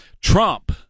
Trump